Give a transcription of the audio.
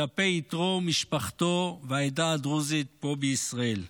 כלפי יתרו ומשפחתו, והעדה הדרוזית פה בישראל.